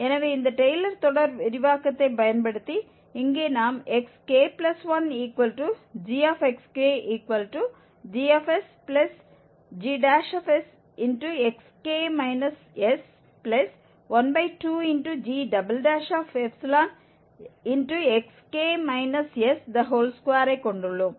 எனவே இந்த டெய்லர் தொடர் விரிவாக்கத்தைப் பயன்படுத்தி இங்கே நாம் xk1gxkgsgsxk s12gξ2 ஐக் கொண்டுள்ளோம்